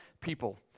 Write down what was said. people